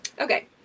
Okay